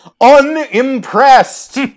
Unimpressed